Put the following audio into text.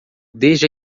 desde